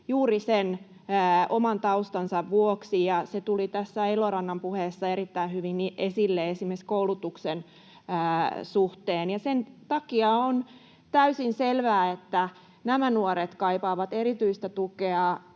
juuri sen oman taustansa vuoksi, ja se tuli tässä Elorannan puheessa erittäin hyvin esille esimerkiksi koulutuksen suhteen. Sen takia on täysin selvää, että nämä nuoret kaipaavat erityistä tukea